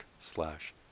slash